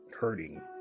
hurting